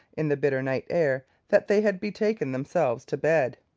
in the bitter night air, that they had betaken themselves to bed.